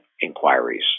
inquiries